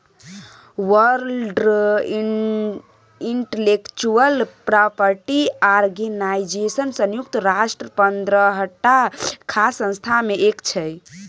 world intellectual property organisation संयुक्त राष्ट्रक पंद्रहटा खास संस्था मे एक छै